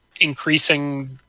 increasing